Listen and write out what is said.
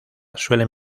suelen